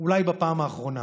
אולי בפעם האחרונה.